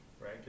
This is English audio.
right